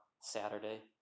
Saturday